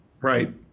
Right